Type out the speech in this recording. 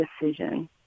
decision